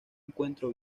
encuentro